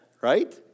right